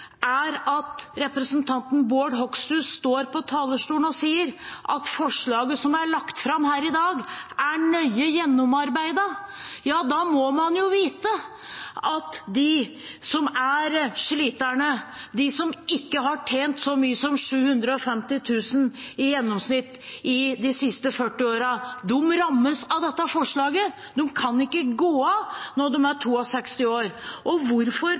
er at representanten Bård Hoksrud står på talerstolen og sier at forslaget som er lagt fram her i dag, er nøye gjennomarbeidet. Ja, da må man jo vite at de som er sliterne, de som ikke har tjent så mye som 750 000 kr i gjennomsnitt de siste 40 årene, rammes av dette forslaget. De kan ikke gå av når de er 62 år. Hvorfor